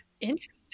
interesting